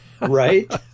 Right